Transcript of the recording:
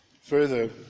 Further